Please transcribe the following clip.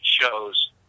shows